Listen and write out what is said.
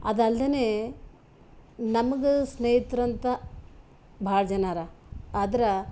ಅದು ಅಲ್ದೆ ನಮ್ಗ ಸ್ನೇಹಿತರಂತ ಭಾಳ ಜನ ಅರಾ ಆದ್ರೆ